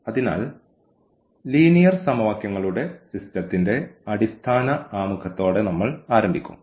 അതിനാൽ ലീനിയർ സമവാക്യങ്ങളുടെ സിസ്റ്റത്തിന്റെ അടിസ്ഥാന ആമുഖത്തോടെ നമ്മൾ ആരംഭിക്കും